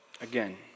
Again